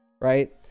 Right